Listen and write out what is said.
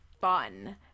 fun